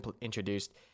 introduced